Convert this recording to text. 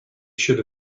should